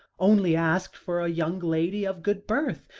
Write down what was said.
only asks for a young lady of good birth,